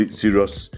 serious